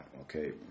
okay